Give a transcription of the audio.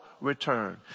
return